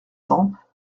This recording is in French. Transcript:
cents